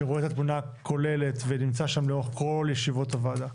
שרואה את התמונה הכוללת ונמצא שם לאורך כל ישיבות הוועדה.